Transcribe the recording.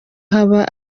haba